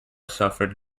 suffered